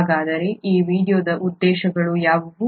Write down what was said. ಹಾಗಾದರೆ ಈ ವೀಡಿಯೊದ ಉದ್ದೇಶಗಳು ಯಾವುವು